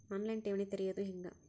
On line ಠೇವಣಿ ತೆರೆಯೋದು ಹೆಂಗ?